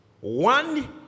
One